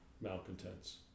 malcontents